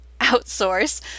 outsource